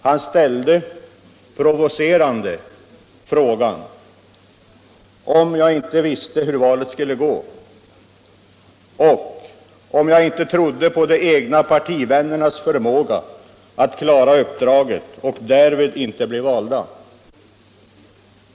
Han ställde provocerande frågan om jag inte visste hur valet skulle gå och om jag inte trodde på de egna partivännernas förmåga att klara uppdraget och därmed inte bli valda.